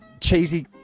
cheesy